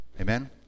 Amen